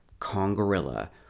Congorilla